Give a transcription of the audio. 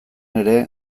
ere